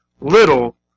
little